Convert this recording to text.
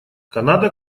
канада